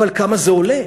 אבל כמה זה עולה?